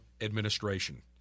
administration